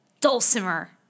Dulcimer